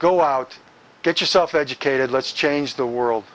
go out get yourself educated let's change the world